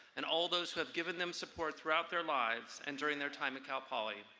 and all of those who have given them support throughout their lives and during their time at cal poly.